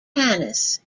tanis